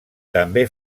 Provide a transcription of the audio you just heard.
també